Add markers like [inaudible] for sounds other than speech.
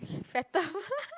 fatter [laughs]